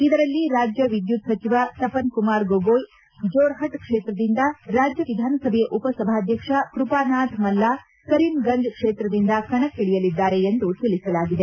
ಇದರಲ್ಲಿ ರಾಜ್ಯ ವಿದ್ಯುತ್ ಸಚಿವ ತಪನ್ ಕುಮಾರ್ ಗೊಗೋಯ್ ಜೋರ್ಹಟ್ ಕ್ಷೇತ್ರದಿಂದ ರಾಜ್ಯ ವಿಧಾನಸಭೆಯ ಉಪಸಭಾಧ್ಯಕ್ಷ ಕೃಪಾನಾಥ್ ಮಲ್ಲಾ ಕರೀಂಗಂಜ್ ಕ್ಷೇತ್ರದಿಂದ ಕಣಕ್ಕಿಳಿಯಲಿದ್ದಾರೆ ಎಂದು ತಿಳಿಸಲಾಗಿದೆ